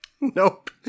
Nope